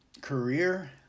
career